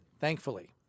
thankfully